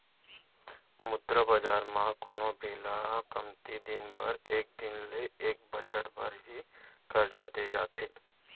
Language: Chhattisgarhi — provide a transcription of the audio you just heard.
मुद्रा बजार म कोनो भी ल कमती दिन बर एक दिन ले एक बछर बर ही करजा देय जाथे